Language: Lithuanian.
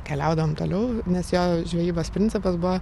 keliaudavom toliau nes jo žvejybos principas buvo